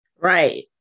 right